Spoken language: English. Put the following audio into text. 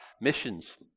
missions